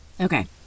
Okay